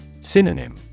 Synonym